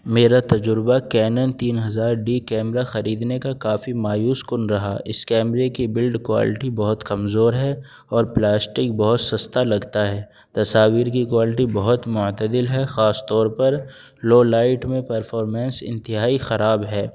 میرا تجربہ کینن تین ہزار ڈی کیمرہ خریدنے کا کافی مایوس کن رہا اس کیمرے کی بلڈ کوالٹی بہت کمزور ہے اور پلاسٹک بہت سستا لگتا ہے تصاویر کی کوالٹی بہت معتدل ہے خاص طور پر لو لائٹ میں پرفارمنس انتہائی خراب ہے